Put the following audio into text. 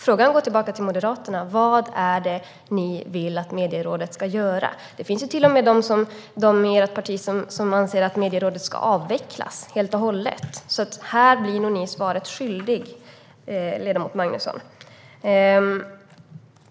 Frågan går alltså tillbaka till Moderaterna: Vad är det ni vill att Medierådet ska göra? Det finns ju till och med de i ert parti som anser att Medierådet ska avvecklas helt och hållet. Här blir ni alltså svaret skyldiga, ledamot Magnusson.